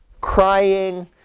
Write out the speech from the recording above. crying